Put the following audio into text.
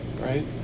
right